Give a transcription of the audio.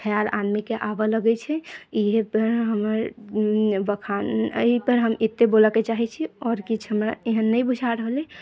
आदमी के आबय लगै छै इहे पर हमर बखान इहे पर हम एते बोलय के चाहै छी आओर किछु हमरा एहन नहि बुझा रहल अहि